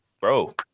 bro